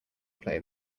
play